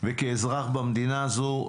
וכאזרח במדינה הזו,